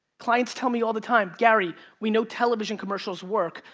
clients tell me all the time, gary, we know television commercials work,